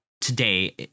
today